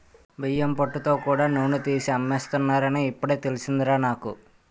బియ్యం పొట్టుతో కూడా నూనె తీసి అమ్మేస్తున్నారని ఇప్పుడే తెలిసిందిరా నాకు